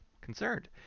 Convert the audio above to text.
concerned